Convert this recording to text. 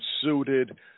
suited